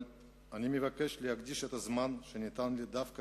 אבל אני מבקש להקדיש את הזמן שניתן לי דווקא